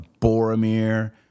Boromir